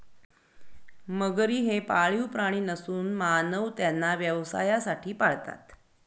मगरी हे पाळीव प्राणी नसून मानव त्यांना व्यवसायासाठी पाळतात